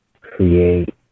create